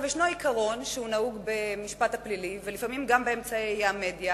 יש עיקרון שנהוג במשפט הפלילי, ולפעמים גם במדיה,